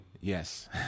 Yes